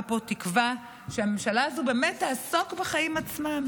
פה תקווה שהממשלה הזו באמת תעסוק בחיים עצמם.